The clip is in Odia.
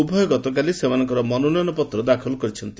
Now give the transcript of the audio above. ଉଭୟ ଗତକାଲି ସେମାନଙ୍କର ମନୋନୟନ ପତ୍ର ଦାଖଲ କରିଛନ୍ତି